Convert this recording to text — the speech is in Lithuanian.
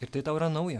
ir tai tau yra nauja